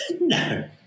No